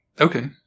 Okay